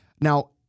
Now